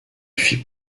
fit